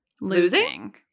losing